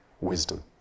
wisdom